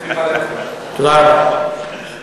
תודה רבה.